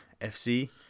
FC